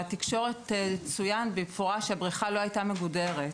בתקשורת צוין במפורש שהבריכה לא הייתה מגודרת,